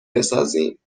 بسازیم